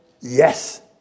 yes